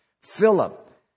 Philip